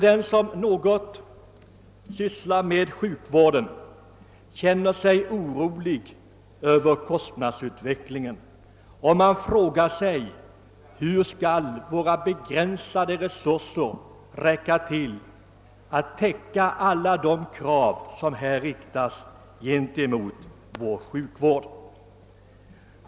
Den som något sysslar med sjukvård känner sig orolig över kostnadsutvecklingen och frågar sig, hur våra begränsade resurser skall räcka till att täcka alla de krav som ställs på vår sjukvård.